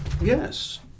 Yes